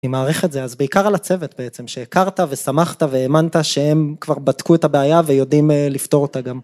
אני מעריך את זה. אז בעיקר על הצוות בעצם, שהכרת ושמחת והאמנת שהם כבר בדקו את הבעיה ויודעים לפתור אותה גם.